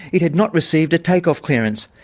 it had not received a take-off clearance.